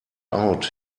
out